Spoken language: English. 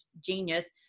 genius